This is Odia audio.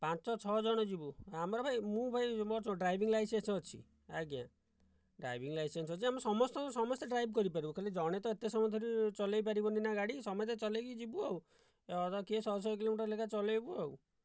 ପାଞ୍ଚ ଛଅ ଜଣ ଯିବୁ ଆମର ଭାଇ ମୁଁ ଭାଇ ମୋର ଯୋ ଡ୍ରାଇଭିଙ୍ଗ୍ ଲାଇସେନ୍ସ ଅଛି ଆଜ୍ଞା ଡ୍ରାଇଭିଙ୍ଗ୍ ଲାଇସେନ୍ସ ଅଛି ଆମେ ସମସ୍ତ ସମସ୍ତେ ଡ୍ରାଇଭ କରିପାରିବୁ ଖାଲି ଜଣେ ତ ଏତେ ସମୟ ଧରି ଚଲେଇ ପରିବାନି ନା ଗାଡ଼ି ସମସ୍ତେ ଚଲେଇକି ଯିବୁ ଆଉ ଧର କିଏ ଶହେ ଶହେ କିଲୋମିଟର ଲେଖା ଚଲେଇବୁ ଆଉ